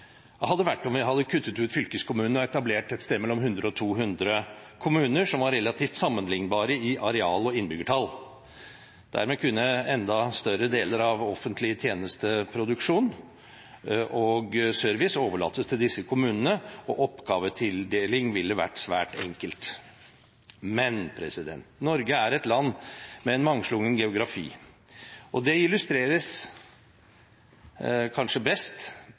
hadde vært om vi hadde kuttet ut fylkeskommunen og etablert et sted mellom 100 og 200 kommuner som var relativt sammenlignbare i areal og innbyggertall. Dermed kunne enda større deler av offentlig tjenesteproduksjon og service overlates til disse kommunene, og oppgavetildeling ville vært svært enkelt. Men – Norge er et land med mangslungen geografi, og det illustreres kanskje best